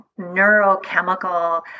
neurochemical